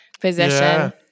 position